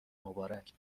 مبارک